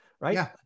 Right